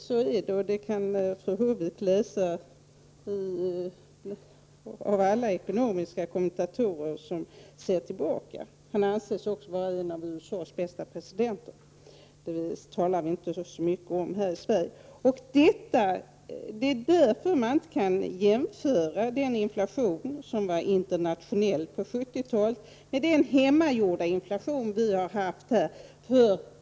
Så är det, och det kan fru Håvik få reda på av alla ekonomiska kommentatorer som ser tillbaka. Reagan anses också vara en av USAs bästa presidenter, men det talar vi inte så mycket om här i Sverige. Det är därför man inte kan jämföra den internationella inflationen på 70 talet med den hemmagjorda inflation vi har haft.